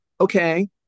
Okay